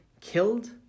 killed